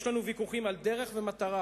יש לנו ויכוח על דרך ומטרה,